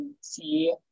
see